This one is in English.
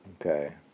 Okay